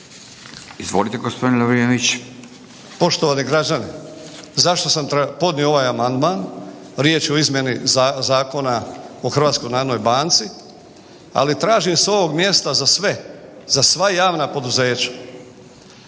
Izvolite gospodine Plazonić.